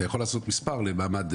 אתה יכול לעשות מספר למעמד,